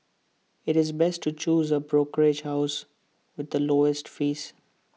IT is best to choose A brokerage house with the lowest fees